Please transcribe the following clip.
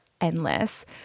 endless